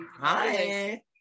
hi